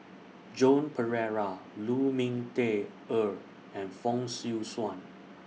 Joan Pereira Lu Ming Teh Earl and Fong Swee Suan